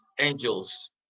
angels